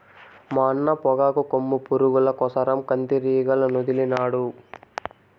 మా అన్న పొగాకు కొమ్ము పురుగుల కోసరం కందిరీగలనొదిలినాడు